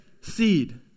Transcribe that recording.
seed